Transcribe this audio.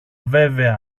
βέβαια